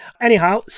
anyhow